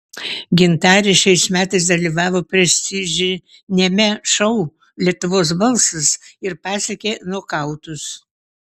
gintarė šiais metais dalyvavo prestižiniame šou lietuvos balsas ir pasiekė nokautus